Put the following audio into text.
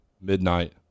Midnight